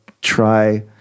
try